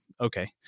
okay